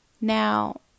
Now